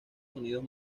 sonidos